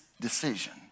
decision